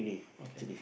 okay